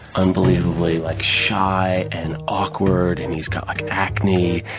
unbelievably like shy and awkward, and he's got like acne,